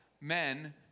men